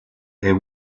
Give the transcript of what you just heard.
est